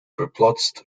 verplaatst